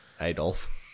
Adolf